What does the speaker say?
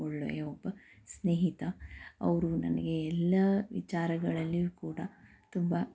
ಒಳ್ಳೆಯ ಒಬ್ಬ ಸ್ನೇಹಿತ ಅವರು ನನಗೆ ಎಲ್ಲ ವಿಚಾರಗಳಲ್ಲಿಯೂ ಕೂಡ ತುಂಬ